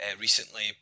recently